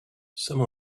some